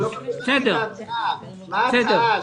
מה ההצעה?